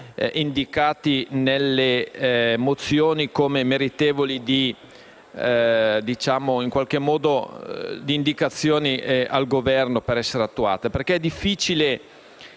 indicati nelle mozioni come meritevoli di indicazioni al Governo per essere attuate.